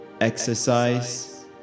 exercise